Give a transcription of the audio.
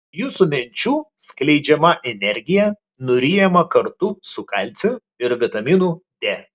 jūsų minčių skleidžiama energija nuryjama kartu su kalciu ir vitaminu d